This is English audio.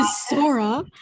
Sora